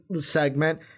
segment